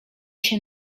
się